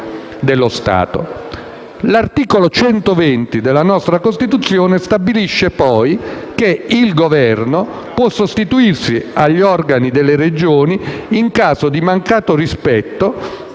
L'articolo 120 della nostra Costituzione stabilisce poi che il Governo può sostituirsi agli organi delle Regioni in caso di mancato rispetto